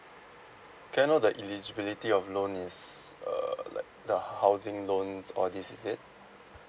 can I know the eligibility of loan is err like the housing loans all these is it